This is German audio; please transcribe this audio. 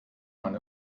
man